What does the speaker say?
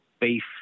Beef